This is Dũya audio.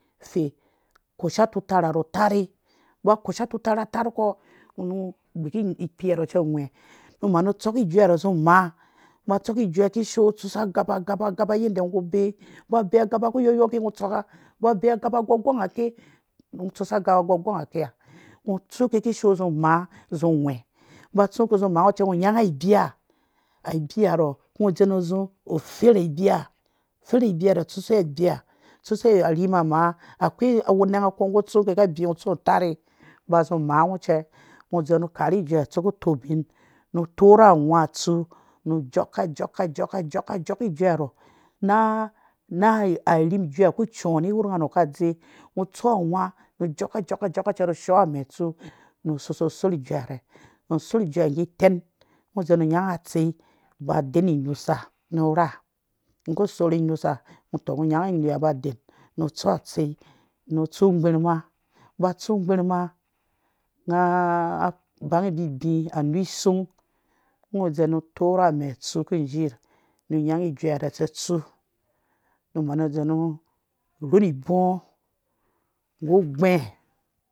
Fe kosha tutarh ha rhɔ tarhe ba kosha tutarha tarh kɔ ngɔ gbishi ikpiha rhɔ cɛ gwhe nu manu tsoki ijeu ha zi maa ba tsɔki ijuɛ kishoo tsua a gaba gaba yanda ngo ku beengɔ ba bee agaba ku yɔyɔ ki ngɔ tsɔk ngɔ ba bee agaba gɔgɔngake ngɔ tsusa agaba gɔgɔngave ha ngo tsu kɛ kishoo zi maa zi gwhɛ ba tsuke zi maa ngɔ cɛ ngɔ nyanga abiya abiya abiya rhɔ tsusuwe abiya tsusuwe arhin ha maa akwai anang ngɔ ku tsu ke rha abiya ngɔ tsu ke tarhe ba zi maa ngɔ cɛ ngɔ wandzen nu karhe ijue tsu ku tubin nu torh awha tsu nu joka jɔk joka jɔki ijuɛ ha ho na arhim ijuɛ ku cɔɔ ni yorh nga nɔ ka dzɛ ngɔ tsu awha nu nu so-so-sooh ijuɛ harho nu sor ijuɛ ngge tɛn ngɔ wendzen nu nyanga atser ba deninusa nu rhaa ngɔ ku sorhɔ inusa ngɔ tɔng nyangi inuha ba den nu tsu atsei nu tsu ngbirhma ba tsu ngbirhma ba tsu ngbirhma nga bangi bibi a nuk isu ngɔ wendzen nu torh amɛ tsu ku jirh nu nyangi ijue ha rhɛ tsu numau wedzen nu rhun ibɔ nggu ugbɛ̃